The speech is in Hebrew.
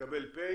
תקבל פ',